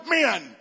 men